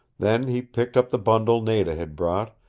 then he picked up the bundle nada had brought,